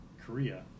Korea